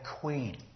Queen